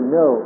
no